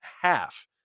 Half